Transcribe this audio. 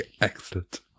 excellent